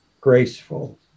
graceful